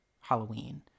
Halloween